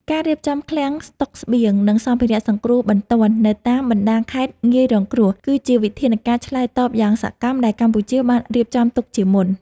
ការរៀបចំឃ្លាំងស្តុកស្បៀង និងសម្ភារៈសង្គ្រោះបន្ទាន់នៅតាមបណ្តាខេត្តងាយរងគ្រោះ គឺជាវិធានការឆ្លើយតបយ៉ាងសកម្មដែលកម្ពុជាបានរៀបចំទុកជាមុន។